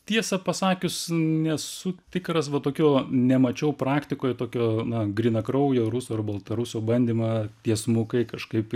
tiesą pasakius nesu tikras va tokio nemačiau praktikoj tokio na grynakraujo ruso ar baltaruso bandymą tiesmukai kažkaip